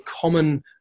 common